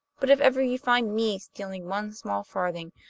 but if ever you find me stealing one small farthing,